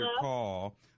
call